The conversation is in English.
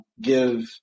Give